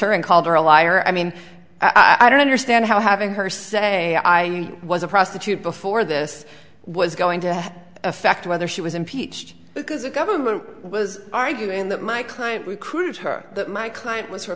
her and called her a liar i mean i don't understand how having her say i was a prostitute before this was going to affect whether she was impeached because the government was arguing that my client recruited her that my client was her